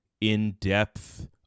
in-depth